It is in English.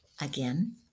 Again